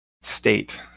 state